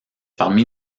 parmi